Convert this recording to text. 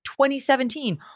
2017